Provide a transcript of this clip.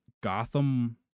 Gotham